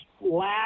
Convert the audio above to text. last